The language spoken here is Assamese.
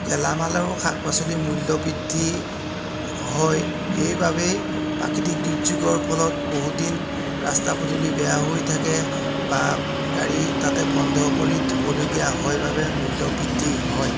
গেলামাল আৰু শাক পাচলি মূল্যবৃদ্ধি হয় এইবাবেই প্ৰাকৃতিক দুৰ্যোগৰ ফলত বহুত দিন ৰাস্তা পদূলি বেয়া হৈ থাকে বা গাড়ী তাতে বন্ধ কৰি থ'বলগীয়া হয় বাবে মূল্য বৃদ্ধি হয়